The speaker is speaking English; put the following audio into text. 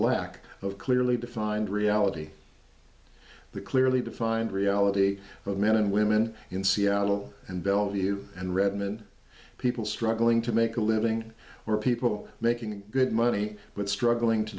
lack of clearly defined reality that clearly defined reality of men and women in seattle and bellevue and redmond people struggling to make a living or people making good money but struggling to